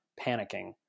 panicking